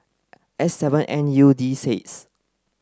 S seven N U D six